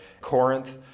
Corinth